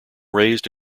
raised